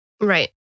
right